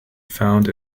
found